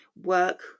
work